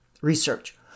research